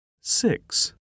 Six